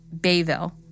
Bayville